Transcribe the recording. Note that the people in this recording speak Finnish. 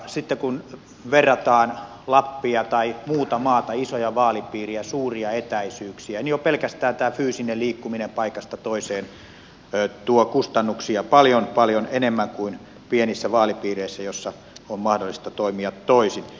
sitten kun verrataan lappia tai muuta maata isoja vaalipiirejä suuria etäisyyksiä niin jo pelkästään tämä fyysinen liikkuminen paikasta toiseen tuo kustannuksia paljon paljon enemmän kuin pienissä vaalipiireissä joissa on mahdollista toimia toisin